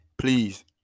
please